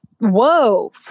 Whoa